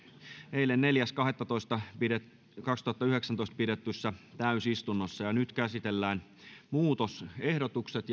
eilen neljäs kahdettatoista kaksituhattayhdeksäntoista pidetyssä täysistunnossa nyt käsitellään muutosehdotukset